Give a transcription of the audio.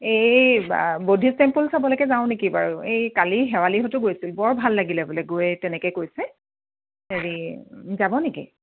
এই বা Buddhist temple চাবলৈকে যাওঁ নেকি বাৰু এই কালি শেৱালীহঁতো গৈছিল বৰ ভাল লগিলে বোলে গৈ তেনেকৈ কৈছে হেৰি যাব নেকি